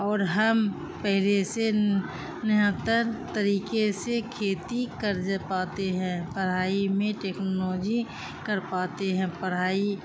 اور ہم پہلے سے بہتر طریقے سے کھیتی کرج پاتے ہیں پڑھائی میں ٹیکنالوجی کر پاتے ہیں پڑھائی